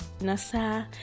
Nasa